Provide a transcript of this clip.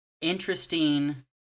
interesting